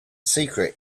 secret